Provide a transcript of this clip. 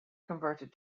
converted